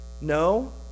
No